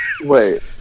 Wait